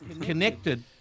connected